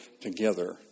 together